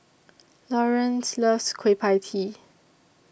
Laurance loves Kueh PIE Tee